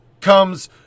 comes